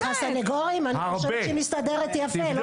הסנגורים, אני חושבת שהיא מסתדרת יפה.